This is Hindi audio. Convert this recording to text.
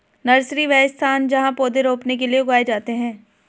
नर्सरी, वह स्थान जहाँ पौधे रोपने के लिए उगाए जाते हैं